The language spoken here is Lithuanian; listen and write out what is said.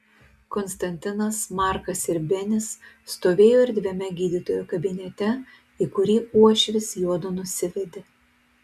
konstantinas markas ir benis stovėjo erdviame gydytojo kabinete į kurį uošvis juodu nusivedė